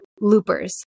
loopers